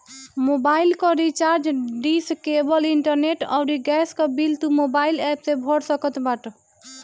mobile कअ recharge, dish, cable, internet अउरी gas कअ बिल तू मोबाइल एप्प से भर सकत बाटअ